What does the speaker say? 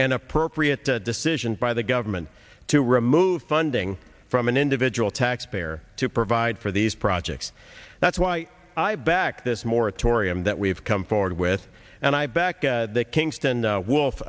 an appropriate decision by the government to remove funding from an individual taxpayer to provide for these projects that's why i backed this moratorium that we've come forward with and i backed that kingston wolf